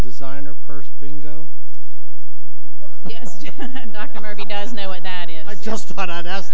designer purse bingo yes document he does know what that is i just thought i'd ask